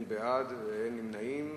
אין בעד ואין נמנעים.